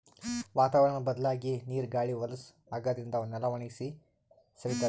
ವಾತಾವರ್ಣ್ ಬದ್ಲಾಗಿ ನೀರ್ ಗಾಳಿ ಹೊಲಸ್ ಆಗಾದ್ರಿನ್ದ ನೆಲ ಒಣಗಿ ಸವಿತದ್